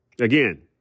Again